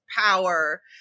power